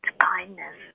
kindness